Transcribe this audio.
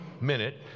minute